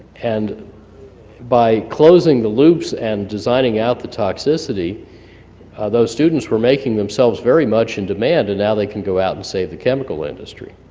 and by closing the loops and designing out the toxicity those students were making themselves very much in demand, and now they can go out and save the chemical industry.